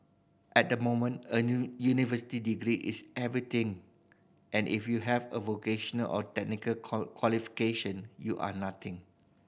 at the moment a new university degree is everything and if you have a vocational or technical qualification you are nothing